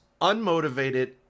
unmotivated